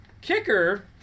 Kicker